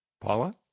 Paula